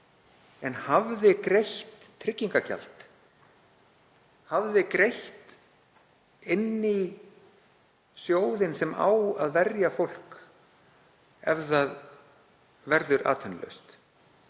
en hafði greitt tryggingagjald, hafði greitt inn í sjóðinn sem á að verja fólk ef það verður atvinnulaust,